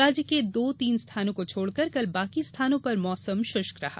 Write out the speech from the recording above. राज्य के दो तीन स्थानों को छोड़कर कल बाकी स्थानों पर मौसम शुष्क रहा